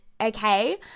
okay